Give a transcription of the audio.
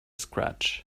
scratch